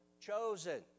chosen